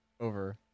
over